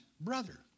brother